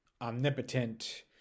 omnipotent